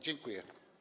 Dziękuję.